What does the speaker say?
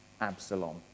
Absalom